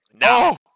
No